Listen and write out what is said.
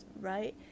right